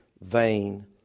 vain